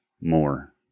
more